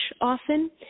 often